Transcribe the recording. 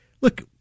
look